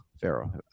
Pharaoh